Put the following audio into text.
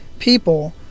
people